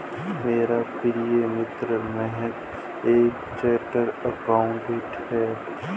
मेरी प्रिय मित्र महक एक चार्टर्ड अकाउंटेंट है